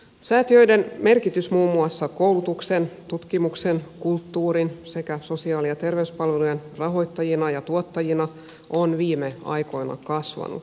säätiöiden merkitys muun muassa koulutuksen tutkimuksen kulttuurin sekä sosiaali ja terveyspalvelujen rahoittajina ja tuottajina on viime aikoina kasvanut